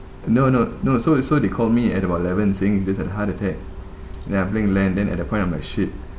no no no so so they called me at about eleven saying he just had heart attack then I'm playing LAN then at that point I'm like shit